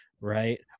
Right